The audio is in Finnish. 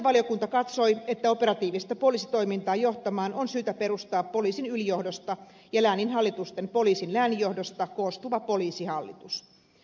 hallintovaliokunta katsoi että operatiivista poliisitoimintaa johtamaan on syytä perustaa poliisin ylijohdosta ja lääninhallitusten poliisin lääninjohdosta koostuva poliisihallitus